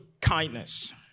kindness